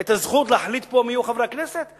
את הזכות להחליט מי יהיו חברי הכנסת פה?